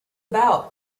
about